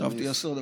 חשבתי עשר דקות.